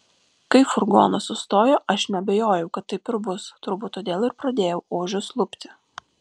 kai furgonas sustojo aš neabejojau kad taip ir bus turbūt todėl ir pradėjau ožius lupti